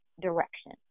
direction